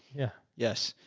yeah. yes.